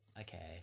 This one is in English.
Okay